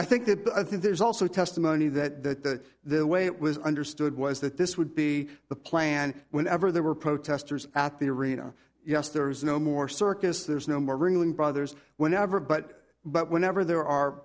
i think that but i think there's also testimony that the way it was understood was that this would be the plan whenever there were protesters at the arena yes there is no more circus there's no more ringling brothers whenever but but whenever there are